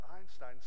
Einstein